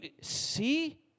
see